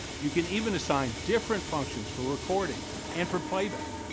you can even assign different functions for recording and for playback.